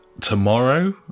tomorrow